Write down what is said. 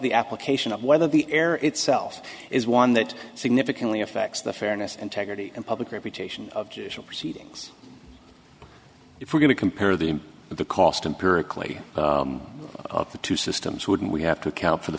the application of whether the air itself is one that significantly affects the fairness integrity and public reputation of judicial proceedings if we're going to compare the the cost and perfectly of the two systems wouldn't we have to account for the